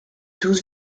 douze